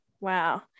Wow